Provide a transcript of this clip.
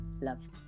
love